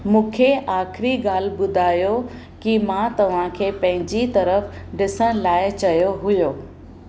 मूंखे आख़िरी ॻाल्हि ॿुधायो कि मां तव्हांखे पंहिंजी तरफ़ ॾिसण लाइ चयो हुयो